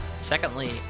Secondly